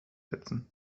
setzen